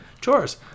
chores